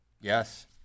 Yes